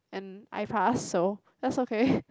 and I passed so that's okay